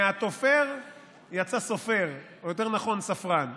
מהתופר יצא סופר, או יותר נכון, ספרן.